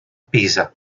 pisa